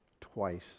twice